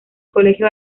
colegio